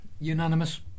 Unanimous